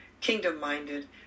kingdom-minded